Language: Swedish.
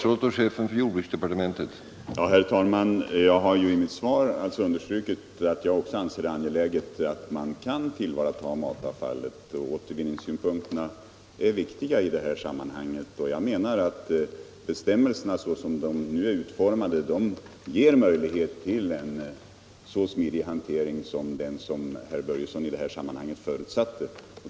Herr talman! Som jag har understrukit i mitt svar anser även jag det vara angeläget att tillvarata matavfallet. Återvinningssynpunkterna är viktiga i det sammanhanget. Men jag menar att bestämmelserna är så utformade nu att de ger möjlighet till en så smidig hantering som den herr Börjesson i Falköping förutsatte.